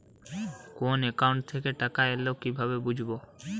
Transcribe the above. কোন একাউন্ট থেকে টাকা এল কিভাবে বুঝব?